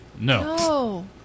No